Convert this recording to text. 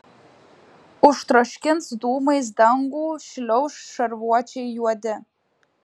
užtroškins dūmais dangų šliauš šarvuočiai juodi